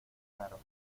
raro